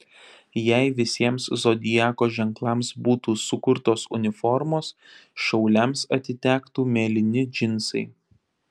jei visiems zodiako ženklams būtų sukurtos uniformos šauliams atitektų mėlyni džinsai